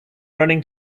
running